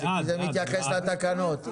זה מתייחס לתקנות.